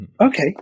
Okay